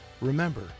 Remember